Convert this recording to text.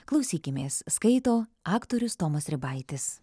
klausykimės skaito aktorius tomas ribaitis